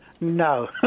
No